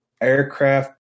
Aircraft